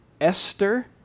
Esther